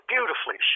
Beautifully